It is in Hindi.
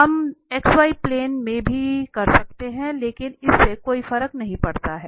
हम xy प्लेन में भी कर सकते हैं लेकिन इससे कोई फर्क नहीं पड़ता है